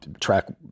track